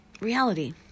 reality